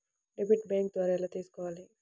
Debit bank ద్వారా ఎలా తీసుకోవాలి?